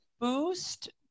boost